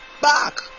back